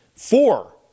Four